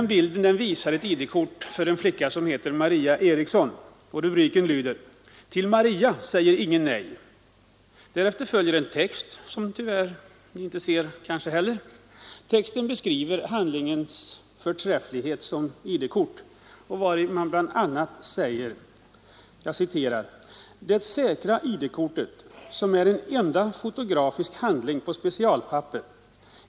Bilden återger ett ID-kort för en flicka som heter Maria Eriksson, och rubriken lyder: ”Till Maria säger ingen nej.” Därefter följer en text, som beskriver handlingens förträfflighet som ID-kort. Däri heter det bl.a.: ”Det säkra ID-kortet som är en enda fotografisk handling på specialpapper.